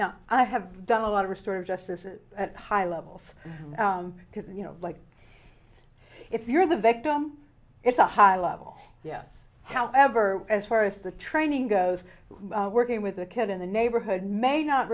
now i have done a lot of restoring justice it at high levels because you know like if you're the victim it's a high level yes however as far as the training goes working with the kid in the neighborhood may not